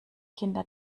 kinder